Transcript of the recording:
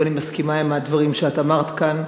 ואני מסכימה עם הדברים שאת אמרת כאן.